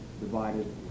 divided